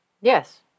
Yes